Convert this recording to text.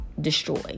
destroy